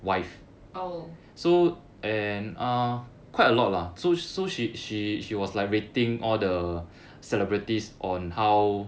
oh